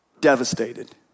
devastated